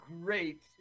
great